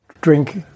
drink